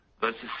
versus